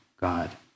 God